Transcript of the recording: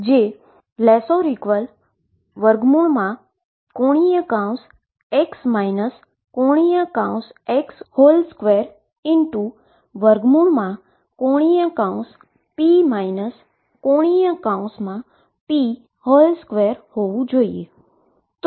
જે ⟨x ⟨x⟩2⟩ ⟨p ⟨p⟩2⟩ હોવું જોઈએ